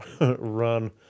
run